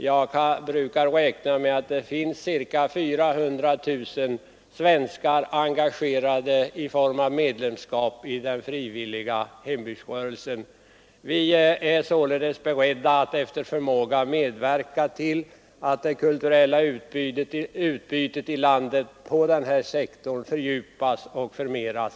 Jag brukar räkna med att det finns ca 400 000 svenskar engagerade genom medlemskap i den frivilliga hembygdsrörelsen. Vi är således beredda att efter förmåga medverka till att kulturutbudet i landet på den här sektorn fördjupas och förmeras.